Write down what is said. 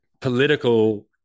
political